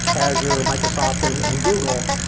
azure, microsoft and and google,